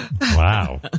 wow